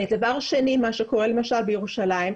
דבר שני, מה שקורה למשל בירושלים.